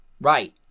Right